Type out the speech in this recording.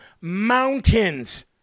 mountains